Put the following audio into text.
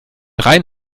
rein